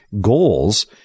goals